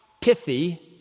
pithy